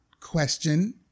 question